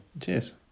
Cheers